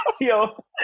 Yo